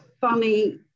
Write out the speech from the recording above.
funny